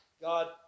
God